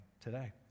today